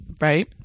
Right